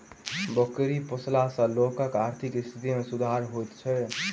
बकरी पोसला सॅ लोकक आर्थिक स्थिति मे सुधार होइत छै